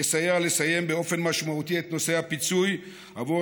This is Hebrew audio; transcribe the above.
יסייע לסיים באופן משמעותי את נושא הפיצוי בעבור